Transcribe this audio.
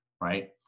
right